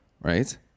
right